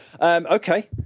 Okay